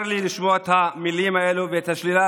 צר לי לשמוע את המילים האלה ואת השלילה